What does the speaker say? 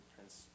Prince